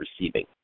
receiving